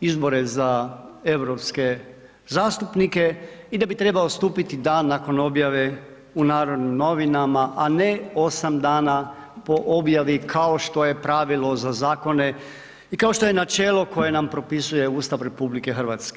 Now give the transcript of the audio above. izbore za europske zastupnike i da bi trebao stupiti dan nakon objave u Narodnim novinama, a ne 8 dana po objavi kao što je pravilo za zakone i kao što je načelo koje nam propisuje Ustav RH.